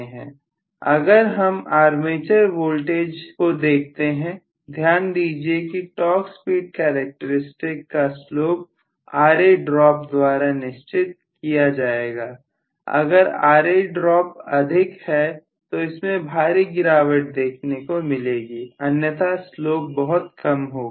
अगर हम armature voltage को देखते हैं ध्यान दीजिए कि टॉर्क स्पीड कैरेक्टरिस्टिक का स्लोप Ra ड्रॉप द्वारा निश्चित किया जाएगा अगर Ra ड्राप अधिक है तो इसमें भारी गिरावट देखने को मिलेगी अन्यथा स्लोप बहुत कम होगा